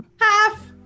Half